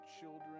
children